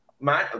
Man